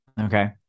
Okay